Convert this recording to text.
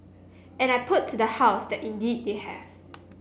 and I put to the House that indeed they have